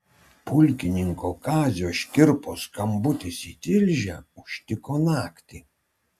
pulkininko kazio škirpos skambutis į tilžę užtiko naktį